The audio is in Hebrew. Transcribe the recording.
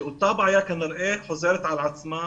שאותה בעיה כנראה חוזרת על עצמה,